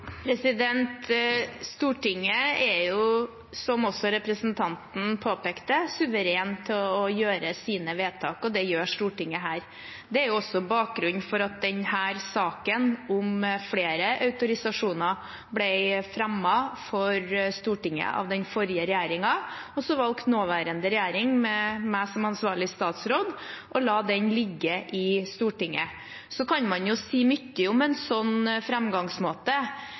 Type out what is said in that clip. Stortinget er, som også representanten påpekte, suveren med hensyn til å gjøre vedtak, og det gjør Stortinget her. Det er også bakgrunnen for at denne saken om flere autorisasjoner ble fremmet for Stortinget av den forrige regjeringen. Så valgte nåværende regjering med meg som ansvarlig statsråd å la den ligge i Stortinget. Man kan si mye om en sånn